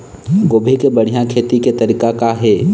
गोभी के बढ़िया खेती के तरीका का हे?